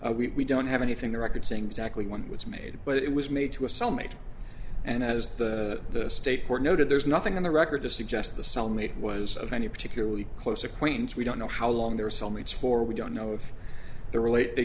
crime we don't have anything the record saying exactly when it was made but it was made to a cell mate and as the state court noted there's nothing in the record to suggest the cellmate was of any particularly close acquaintance we don't know how long their cell mates for we don't know if they're related they